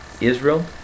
Israel